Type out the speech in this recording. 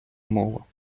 мова